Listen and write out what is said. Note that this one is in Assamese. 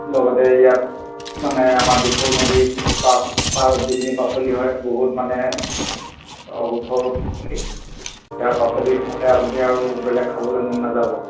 লগতে ইয়াত মানে আমাৰ দিখৌ নদী পাচ পাৰত যিখিনি পাচলি হয় বহুত মানে উঠ পাচলি ইয়াৰ পাচলি খালে আপুনি আৰু বেলেগ খাবলৈ মন নাযাব